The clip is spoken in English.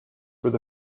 were